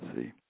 See